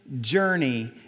journey